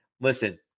listen